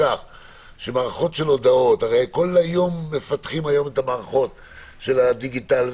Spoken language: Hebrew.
הרי כל היום מפתחים מערכות דיגיטל,